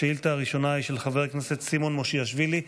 השאילתה הראשונה היא של חבר הכנסת סימון מושיאשוילי,